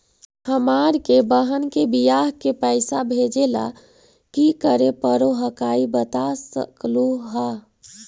हमार के बह्र के बियाह के पैसा भेजे ला की करे परो हकाई बता सकलुहा?